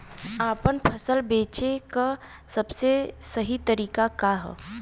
आपन फसल बेचे क सबसे सही तरीका का ह?